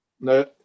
no